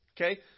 Okay